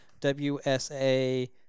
WSA